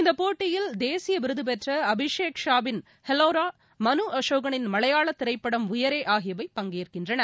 இந்தப் போட்டியில் தேசியவிருதுபெற்றஅபிஷேக் ஷாவின் ஹெல்லாரோ மலுஅசோகனின் மலையாளத்திரைப்படம் உயரே ஆகியவை பங்கேற்கின்றன